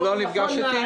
הוא לא נפגש אתי?